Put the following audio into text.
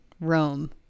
rome